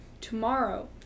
Tomorrow